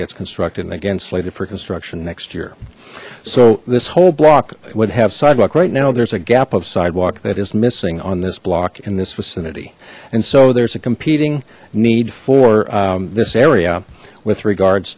gets constructed and again slated for construction next year so this whole block would have sidewalk right now there's a gap of sidewalk that is missing on this block in this vicinity and so there's a competing need for this area with regards